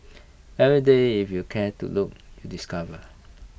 every day if you care to look you discover